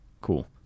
cool